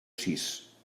sis